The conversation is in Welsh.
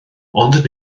ond